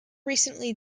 recently